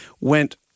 Went